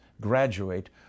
graduate